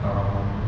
um